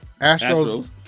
Astros